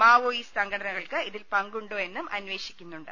Maoist സംഘടനകൾക്ക് ഇതിൽ പങ്കുണ്ടോ എന്നും അന്വേഷിക്കുന്നുണ്ട്